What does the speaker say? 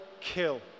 kill